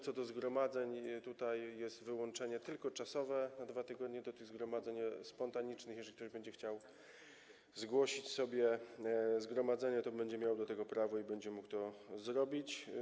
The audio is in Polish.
Co do zgromadzeń, tutaj jest wyłącznie tylko czasowe na 2 tygodnie, co do tych zgromadzeń spontanicznych, jeżeli ktoś będzie chciał zgłosić sobie zgromadzenie, to będzie miał do tego prawo i będzie mógł to zrobić.